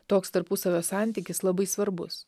toks tarpusavio santykis labai svarbus